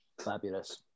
Fabulous